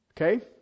Okay